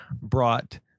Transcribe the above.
brought